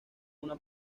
una